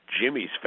Jimmy's